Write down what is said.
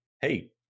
hey